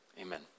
amen